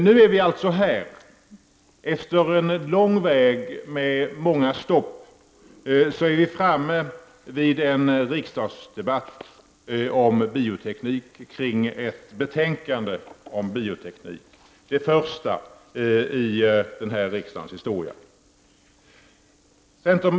Efter att ha gått en lång väg och gjort många stopp är vi framme vid en riksdagsdebatt om ett betänkande som handlar om bioteknik, det första i riksdagens historia.